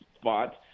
spot